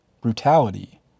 brutality